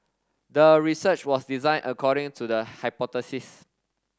the research was designed according to the hypothesis